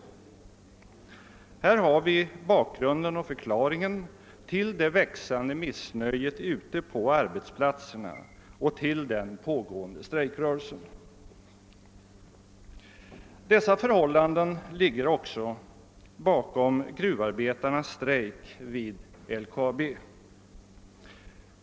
Här har vi bakgrunden och förklaringen till det växande missnöjet på arbetsplatserna och till den pågående strejkrörelsen. Dessa förhållanden ligger också bakom gruvarbetarnas strejk vid LKAB.